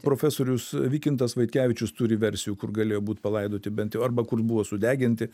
profesorius vykintas vaitkevičius turi versijų kur galėjo būt palaidoti bent jau arba kur buvo sudeginti